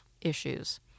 issues